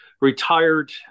retired